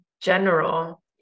general